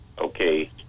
Okay